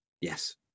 Yes